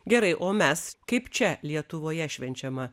gerai o mes kaip čia lietuvoje švenčiama